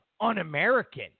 un-American